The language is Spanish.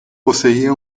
poseía